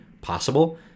possible